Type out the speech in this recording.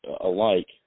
alike